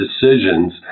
decisions